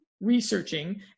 researching